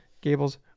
Gables